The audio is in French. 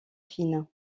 fines